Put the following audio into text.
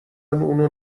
اونو